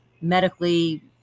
medically